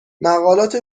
مقالات